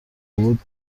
لابد